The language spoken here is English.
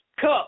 cup